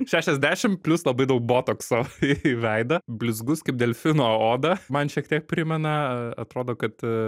šešiasdešim plius labai daug botokso į veidą blizgus kaip delfino oda man šiek tiek primena atrodo kad